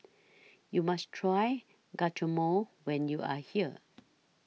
YOU must Try Guacamole when YOU Are here